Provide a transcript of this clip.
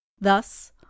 Thus